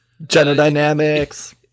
Genodynamics